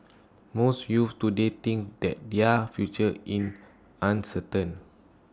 most youths today think that their future in uncertain